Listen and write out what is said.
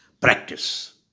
practice